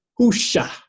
Husha